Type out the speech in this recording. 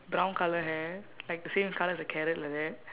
brown colour hair like the same colour as the carrot like that